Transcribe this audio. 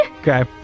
Okay